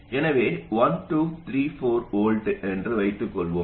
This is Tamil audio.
எனவே 1 2 3 4 V என்று வைத்துக் கொள்வோம்